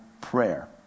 prayer